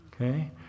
Okay